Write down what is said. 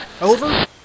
Over